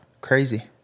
Crazy